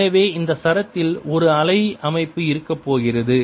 எனவே இந்த சரத்தில் ஒரு அலை அமைப்பு இருக்கப்போகிறது